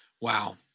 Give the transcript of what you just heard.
wow